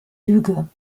lüge